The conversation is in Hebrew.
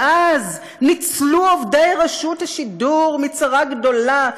ואז ניצלו עובדי רשות השידור מצרה גדולה,